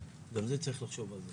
גם זה צריך לחשוב על זה.